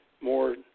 more